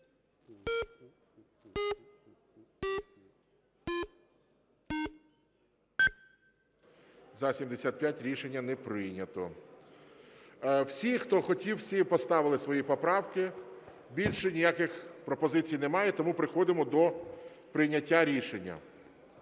За-75 Рішення не прийнято. Всі, хто хотів, всі поставили свої поправки. Більше ніяких пропозицій немає, тому переходимо до прийняття рішення.